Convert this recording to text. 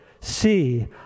See